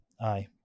aye